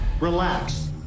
Relax